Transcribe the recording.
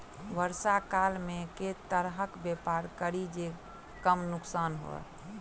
वर्षा काल मे केँ तरहक व्यापार करि जे कम नुकसान होइ?